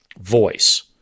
voice